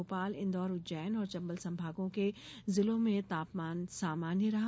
भोपाल इंदौर उर्ज्जन और चम्बल संभागों के जिलों में तापमान सामान्य रहा